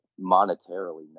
monetarily